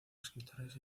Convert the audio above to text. escritores